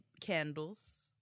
candles